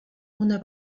una